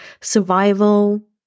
survival